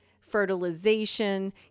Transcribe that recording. fertilization